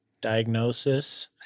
diagnosis